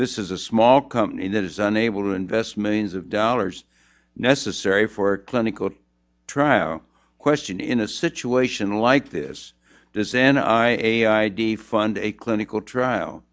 this is a small company that is unable to invest millions of dollars necessary for a clinical trial question in a situation like this does and defund a clinical trial